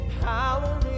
Power